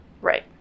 Right